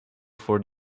for